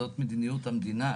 זאת מדיניות המדינה,